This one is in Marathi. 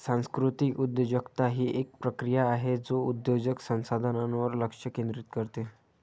सांस्कृतिक उद्योजकता ही एक प्रक्रिया आहे जे उद्योजक संसाधनांवर लक्ष केंद्रित करते